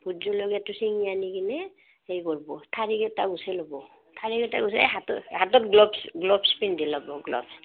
vote জলকীয়াটো চিঙি আনি কিনে হেৰি কৰ্ব ঠাৰি কেইটা গুচাই ল'ব ঠাৰি কেইটা গুচাই এই হাতত গ্লোভ গ্লোভচ্ পিন্ধি ল'ব গ্লোভচ্